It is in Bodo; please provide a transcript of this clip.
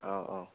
औ औ